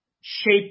shape